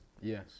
Yes